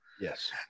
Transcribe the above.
Yes